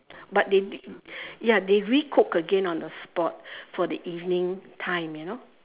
but they ya they recook again on the spot for the evening time you know